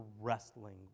wrestling